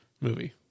movie